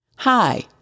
Hi